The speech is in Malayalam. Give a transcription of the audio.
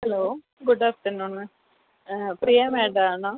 hello good afternoon ma'am Priya madam ആണോ